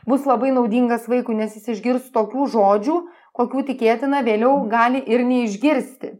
bus labai naudingas vaikui nes jis išgirs tokių žodžių kokių tikėtina vėliau gali ir neišgirsti